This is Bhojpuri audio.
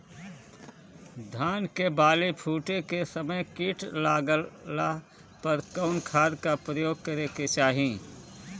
धान के बाली फूटे के समय कीट लागला पर कउन खाद क प्रयोग करे के चाही?